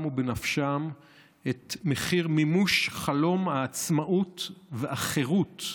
ובנפשם את מחיר מימוש חלום העצמאות והחירות,